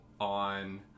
on